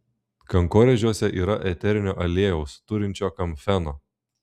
kankorėžiuose yra eterinio aliejaus turinčio kamfeno